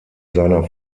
seiner